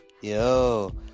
Yo